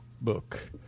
book